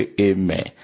amen